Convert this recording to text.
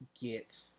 get